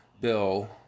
bill